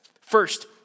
First